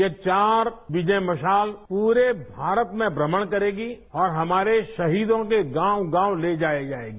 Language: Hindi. ये चार विजय मशाल प्ररे भारत में भ्रमण करेगी और हमारे शहीदों के गांव गांव ले जाई जाएगी